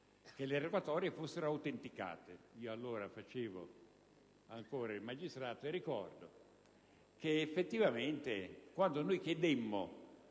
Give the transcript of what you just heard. che le rogatorie fossero autenticate. Allora facevo ancora il magistrato e ricordo che, effettivamente, quando chiedemmo